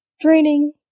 draining